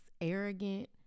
arrogant